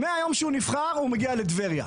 מהיום שהוא נבחר הוא מגיע לטבריה.